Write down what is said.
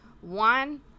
one